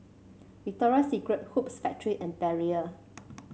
Victoria Secret Hoops Factory and Perrier